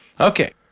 Okay